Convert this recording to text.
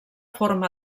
forma